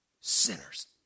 Sinners